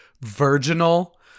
virginal